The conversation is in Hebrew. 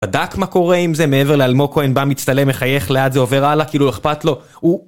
בדק מה קורה עם זה, מעבר לאלמוג כהן בא מצטלם מחייך לאט זה עובר הלאה כאילו אכפת לו הוא...